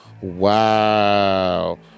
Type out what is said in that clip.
Wow